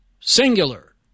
singular